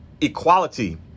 equality